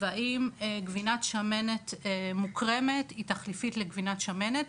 והאם גבינת שמנת מוקרמת היא תחליפית לגבינת שמנת,